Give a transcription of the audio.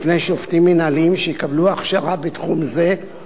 שופטים מינהליים שיקבלו הכשרה בתחום זה,